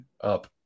up